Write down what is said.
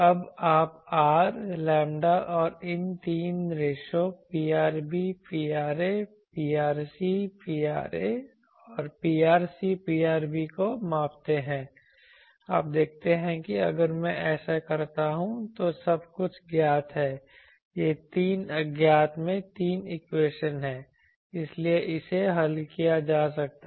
अब आप R lambda और इन तीन रेशों Prb Pra Prc Pra और Prc Prb को मापते हैं आप देखते हैं कि अगर मैं ऐसा करता हूं तो सब कुछ ज्ञात है यह तीन अज्ञात में तीन इक्वेशन हैं इसलिए इसे हल किया जा सकता है